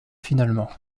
finalement